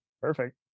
Perfect